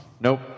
Nope